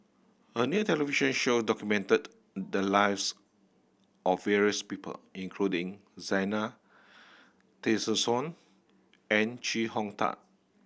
a new television show documented the lives of various people including Zena Tessensohn and Chee Hong Tat